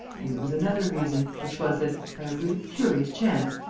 and there was another reason, which was that, by a really curious chance,